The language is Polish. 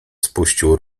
spuścił